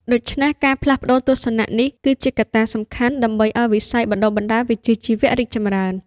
ដូច្នេះ ការផ្លាស់ប្តូរទស្សនៈនេះគឺជាកត្តាសំខាន់ដើម្បីឱ្យវិស័យបណ្តុះបណ្តាលវិជ្ជាជីវៈរីកចម្រើន។